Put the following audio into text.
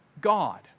God